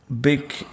big